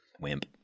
Wimp